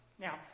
Now